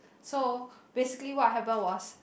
so basically what happen was